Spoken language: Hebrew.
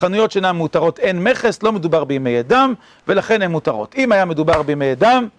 חנויות שלנו מותרות אין מכס, לא מדובר בימי אדם, ולכן הן מותרות. אם היה מדובר בימי אדם...